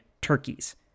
turkeys